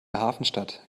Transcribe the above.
hafenstadt